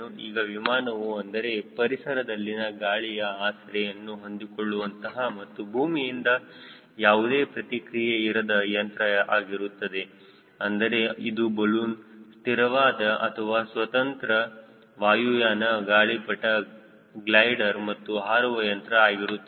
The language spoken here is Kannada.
ಈಗ ವಿಮಾನವು ಅಂದರೆ ಪರಿಸರದಲ್ಲಿನ ಗಾಳಿಯ ಆಸರೆಯನ್ನು ಹೊಂದಿಕೊಳ್ಳುವಂತಹ ಮತ್ತು ಭೂಮಿಯಿಂದ ಯಾವುದೇ ಪ್ರತಿಕ್ರಿಯೆ ಇರದ ಯಂತ್ರ ಆಗಿರುತ್ತದೆ ಅಂದರೆ ಇದು ಬಲೂನ್ ಸ್ಥಿರವಾದ ಅಥವಾ ಸ್ವತಂತ್ರ ವಾಯುಯಾನ ಗಾಳಿಪಟ ಗ್ಲೈಡರ್ ಮತ್ತು ಹಾರುವ ಯಂತ್ರ ಆಗಿರುತ್ತದೆ